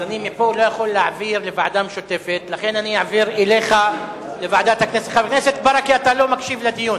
הוחלט להעביר את ההצעה להמשך דיון